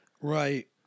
Right